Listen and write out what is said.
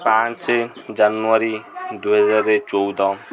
ପାଞ୍ଚ ଜାନୁଆରୀ ଦୁଇ ହଜାର ଚଉଦ